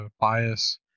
bias